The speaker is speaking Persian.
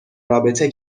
رابطه